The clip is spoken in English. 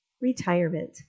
retirement